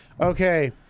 Okay